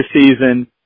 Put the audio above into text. season